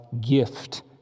gift